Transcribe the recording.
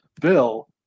bill